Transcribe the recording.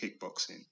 kickboxing